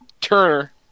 Turner